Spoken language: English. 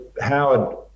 Howard –